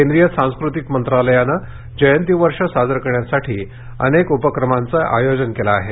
केंद्रीय सांस्कृतिक मंत्रालयानं जयंती वर्ष साजरे करण्यासाठी अनेक उपक्रमांचं आयोजन केलंआहे